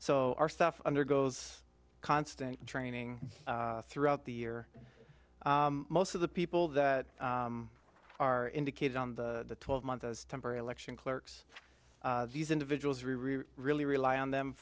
so our stuff undergoes constant training throughout the year most of the people that are indicated on the twelve month as temporary election clerks these individuals are really rely on them